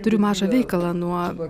turiu mažą veikalą nuo